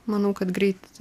manau kad greit